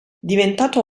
diventato